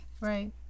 right